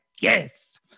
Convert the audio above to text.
Yes